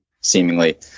seemingly